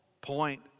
point